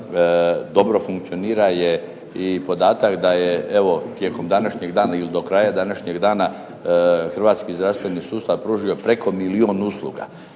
dobro funkcionira je i podatak da je evo tijekom današnjeg dana i do kraja današnjeg dana Hrvatski zdravstveni sustav pružio preko milijun usluga.